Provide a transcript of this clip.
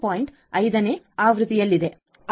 5 ನೇ ಆವೃತ್ತಿಯಲ್ಲಿದೆ